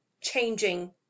changing